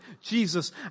Jesus